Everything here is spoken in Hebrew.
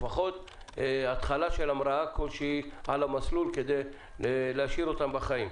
לפחות התחלה של המראה כלשהי על המסלול כדי להשאיר אותם בחיים.